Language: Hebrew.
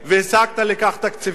והשגת לכך תקציבים,